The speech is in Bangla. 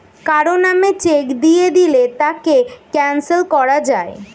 কারো নামে চেক দিয়ে দিলে তাকে ক্যানসেল করা যায়